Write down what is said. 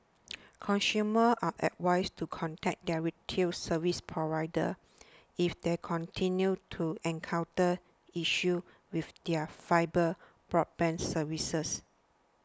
consumers are advised to contact their retail service providers if they continue to encounter issues with their fibre broadband services